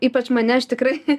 ypač mane aš tikrai